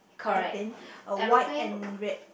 airplane uh white and red